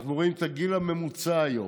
אנחנו רואים את הגיל הממוצע של